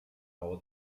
raó